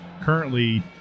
currently